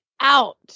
Out